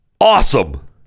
Awesome